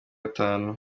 gatanu